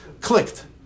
clicked